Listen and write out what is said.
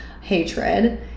hatred